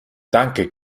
danke